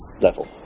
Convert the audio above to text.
level